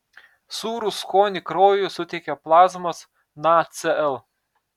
sūrų skonį kraujui suteikia plazmos nacl